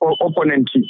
opponent